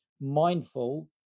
mindful